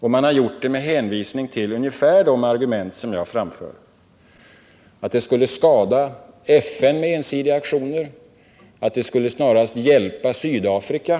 Riksdagen har gjort det med hänvisning till ungefär de argument som jag här har framfört, nämligen att ensidiga aktioner skulle kunna skada FN och snarast hjälpa Sydafrika.